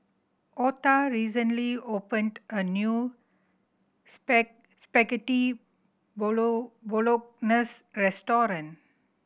Otha recently opened a new Spaghetti Bolognese restaurant